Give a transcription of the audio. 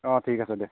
অঁ ঠিক আছে দে